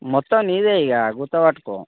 మొత్తం నీదే ఇగా గుత్తపట్టుకో